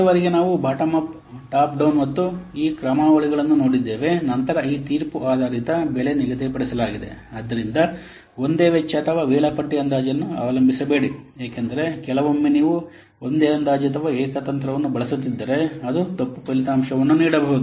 ಇಲ್ಲಿಯವರೆಗೆ ನಾವು bottom up top down ಮತ್ತು ಈ ಕ್ರಮಾವಳಿಗಳನ್ನು ನೋಡಿದ್ದೇವೆ ನಂತರ ಈ ತೀರ್ಪು ಆಧಾರಿತ ಬೆಲೆ ನಿಗದಿಪಡಿಸಲಾಗಿದೆ ಆದ್ದರಿಂದ ಒಂದೇ ವೆಚ್ಚ ಅಥವಾ ವೇಳಾಪಟ್ಟಿ ಅಂದಾಜನ್ನು ಅವಲಂಬಿಸಬೇಡಿ ಏಕೆಂದರೆ ಕೆಲವೊಮ್ಮೆ ನೀವು ಒಂದೇ ಅಂದಾಜು ಅಥವಾ ಏಕ ತಂತ್ರವನ್ನು ಬಳಸುತ್ತಿದ್ದರೆ ಅದು ತಪ್ಪು ಫಲಿತಾಂಶವನ್ನು ನೀಡಬಹುದು